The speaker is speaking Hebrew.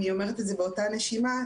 אני אומרת את זה באותה נשימה,